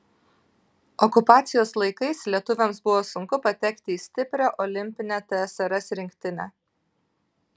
okupacijos laikais lietuviams buvo sunku patekti į stiprią olimpinę tsrs rinktinę